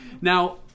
Now